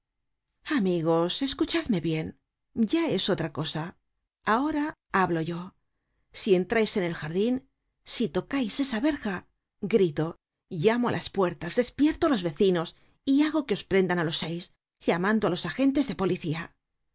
amigos escuchadme bien ya es otra cosa ahora hablo yo si entrais en el jardin si tocais á esta verja gritó llamo á las puertas despierto á los vecinos y hago que os prendan á los seis llamando á los agentes de policía